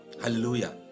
hallelujah